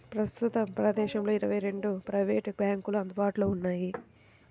ప్రస్తుతం భారతదేశంలో ఇరవై రెండు ప్రైవేట్ బ్యాంకులు అందుబాటులో ఉన్నాయి